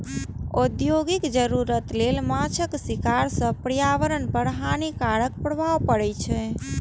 औद्योगिक जरूरत लेल माछक शिकार सं पर्यावरण पर हानिकारक प्रभाव पड़ै छै